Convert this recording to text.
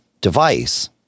device